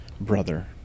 brother